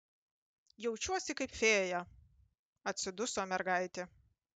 jaučiuosi kaip fėja atsiduso mergaitė